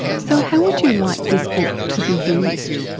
so how would you like this book to be used?